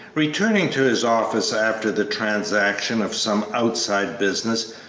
returning to his office after the transaction of some outside business,